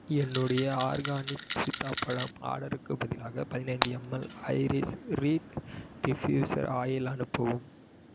என்னுடைய ஆர்கானிக் சீதாப்பழம் ஆர்டருக்குப் பதிலாக பதினைந்து ml iris reed diffuser oil அனுப்பவும்